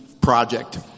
Project